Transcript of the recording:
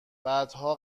بعدها